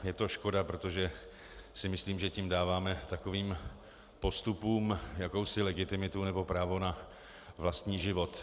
Je to škoda, protože si myslím, že tím dáváme takovým postupům jakousi legitimitu nebo právo na vlastní život.